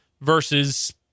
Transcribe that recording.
versus